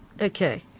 Okay